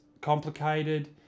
complicated